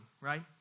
right